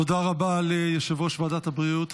תודה רבה ליושב-ראש ועדת הבריאות,